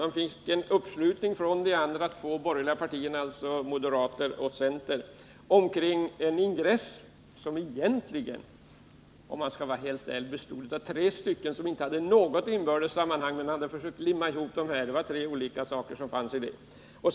Man fick en uppslutning från de andra två borgerliga partierna, moderaterna och centern, kring en ingress som egentligen bestod av tre stycken som inte hade något inbördes sammanhang men som man hade försökt att limma ihop.